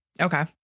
Okay